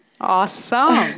Awesome